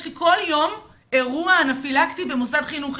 יש לי כל יום כל יום אירוע אנאפלקטי במוסד חינוכי.